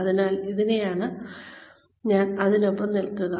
അതിനാൽ എങ്ങനെയാണ് ഞാൻ അതിനൊപ്പം നിൽക്കുക